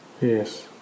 Yes